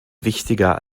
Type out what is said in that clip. wichtiger